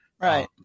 Right